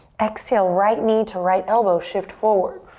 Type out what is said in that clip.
exhale, right knee to right elbow, shift forward.